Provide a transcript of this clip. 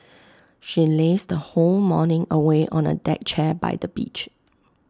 she lazed the whole morning away on A deck chair by the beach